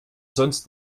sonst